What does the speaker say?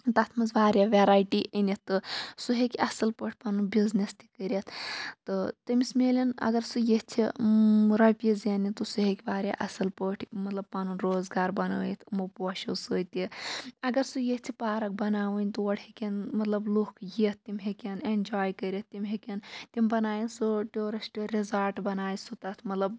تَتھ مَنٛز واریاہ ویرایٹی أنِتھ تہٕ سُہ ہیٚکہِ اَصٕل پٲٹھۍ پَنُن بِزنٮ۪س تہِ کٔرِتھ تہٕ تٔمِس میلن اگر سُہ یژھہ رۄپیہِ زینٚنہِ تہٕ سُہ ہیٚکہِ واریاہ اصٕل پٲٹھۍ مطلب پَنُن روزگار بنٲیِتھ یِمو پوشو سۭتۍ تہِ اگر سُہ یژھہ پارَک بنٲوٕنۍ تور ہیٚکن مطلب لُکھ یِتھ تِم ہیٚکن اینجاے کٔرِتھ تِم ہیٚکن تِم بناون سُہ ٹیورِسٹ رِزاٹ بنایہِ سُہ تَتھ مطلب